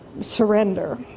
surrender